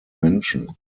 menschen